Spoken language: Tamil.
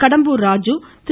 கடம்பூர் ராஜ் திரு